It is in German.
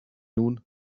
nun